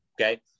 Okay